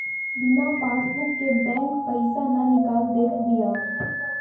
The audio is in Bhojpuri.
बिना पासबुक के बैंक पईसा ना निकाले देत बिया